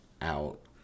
out